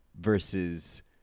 versus